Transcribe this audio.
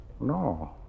No